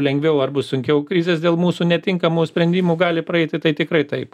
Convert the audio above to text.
lengviau ar bus sunkiau krizės dėl mūsų netinkamų sprendimų gali praeiti tai tikrai taip